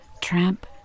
tramp